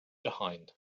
behind